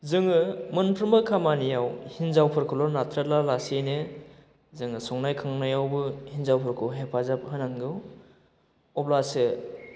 जोङो मोनफ्रोमबो खामानियाव हिन्जाफोरखौल' नाथ्रोदालासेनो जों संनाय खावनायावबो हिन्जावफोरखौ हेफाजाब होनांगौ अब्लासो